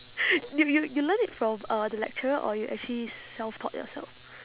you you you learn it from uh the lecturer or you actually self taught yourself